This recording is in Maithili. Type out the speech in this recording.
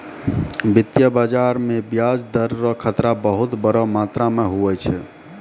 वित्तीय बाजार मे ब्याज दर रो खतरा बहुत बड़ो मात्रा मे हुवै छै